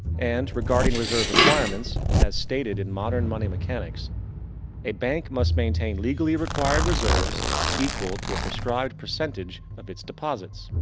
and, regarding reserve requirements as stated in modern money mechanics a bank must maintain legally required reserves equal to a prescribed percentage of its deposits.